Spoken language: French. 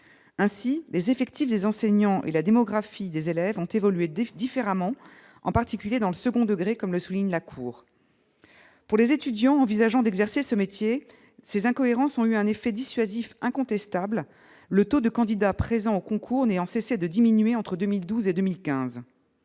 ainsi les effectifs des enseignants et la démographie des élèves ont évolué différemment, en particulier dans le second degré, comme le souligne la Cour pour les étudiants, envisageant d'exercer ce métier ces incohérences ont eu un effet dissuasif incontestable, le taux de candidats présents au concours néant cessé de diminuer entre 2012 et 2015